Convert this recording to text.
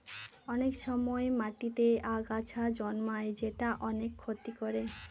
অনেক সময় মাটিতেতে আগাছা জন্মায় যেটা অনেক ক্ষতি করে